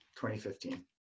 2015